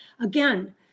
again